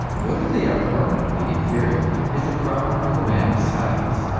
whether they are permanently inferior is a problem for the man of science,